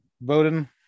Bowden